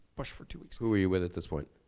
bush for two weeks. who were you with at this point?